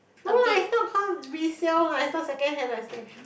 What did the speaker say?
no lah it's not call resale lah it's not secondhand I slap you